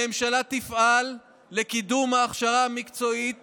הממשלה תפעל לקידום ההכשרה המקצועית